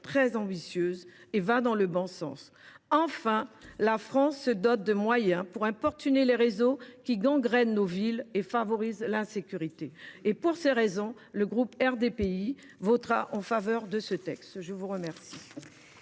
très ambitieuse et va dans le bon sens. La France se dote enfin de moyens pour importuner les réseaux qui gangrènent nos villes et favorisent l’insécurité. Pour ces raisons, le groupe RDPI votera en faveur de ce texte. La parole